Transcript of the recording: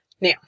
Now